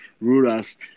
rulers